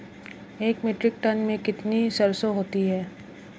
एक metric tonne में कितनी सरसों होती है?